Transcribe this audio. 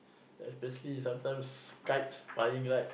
uh basically is sometimes kites flying right